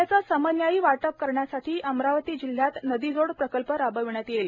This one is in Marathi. पाण्याचे समन्यायी वाटप करण्यासाठी अमरावती जिल्ह्यात नदीजोड प्रकल्प राबविण्यात येईल